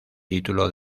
título